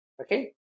Okay